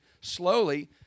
slowly